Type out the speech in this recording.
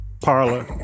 parlor